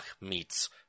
meets